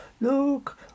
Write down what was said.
Look